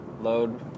load